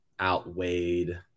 outweighed